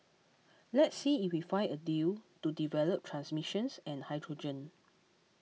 let's see if we find a deal to develop transmissions and hydrogen